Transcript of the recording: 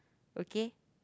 okay